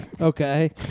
Okay